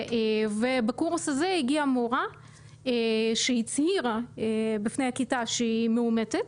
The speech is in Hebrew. ובקורס הזה הגיעה מורה שהצהירה בפני הכיתה שהיא מאומתת.